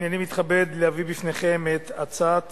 הנני מתכבד להביא בפניכם את הצעת